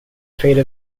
fate